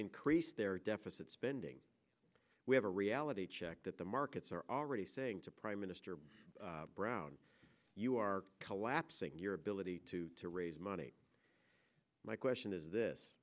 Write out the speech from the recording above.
increase their deficit spending we have a reality check that the markets are already saying to prime minister brown you are collapsing your ability to raise money my question is this